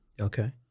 Okay